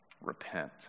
repent